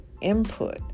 input